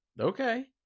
Okay